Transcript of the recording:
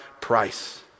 price